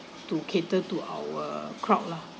to cater to our crowd lah